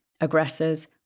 aggressors